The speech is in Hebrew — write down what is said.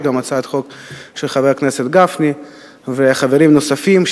יש גם הצעת חוק של חבר הכנסת גפני וחברים נוספים,